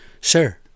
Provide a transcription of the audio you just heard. sir